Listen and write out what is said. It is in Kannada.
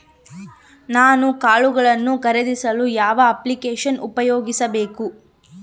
ನಾನು ಕಾಳುಗಳನ್ನು ಖರೇದಿಸಲು ಯಾವ ಅಪ್ಲಿಕೇಶನ್ ಉಪಯೋಗಿಸಬೇಕು?